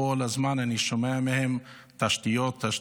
כל הזמן אני שומע מהם: תשתיות, תשתיות.